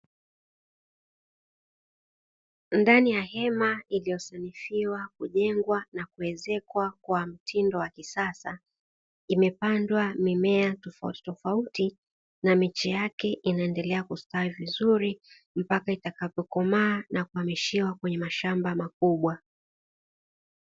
Ndani ya hema iliyosanifiwa kujengwa na kuwezekwa kwa mtindo wa kisasa, imepandwa mimea tofautitofauti na mechi yake inaendelea kustawi vizuri mpaka itakapokomaa na kuhamishiwa kwenye mashamba makubwa.